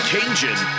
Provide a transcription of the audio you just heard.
Cajun